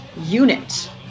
unit